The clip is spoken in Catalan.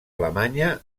alemanya